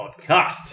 Podcast